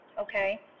okay